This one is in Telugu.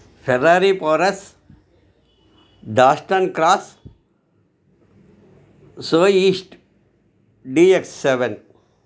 ఫెర్రారీ పోరస్ డాస్టన్ క్రాస్ సోఈస్ట్ డీఎక్స్ సెవెన్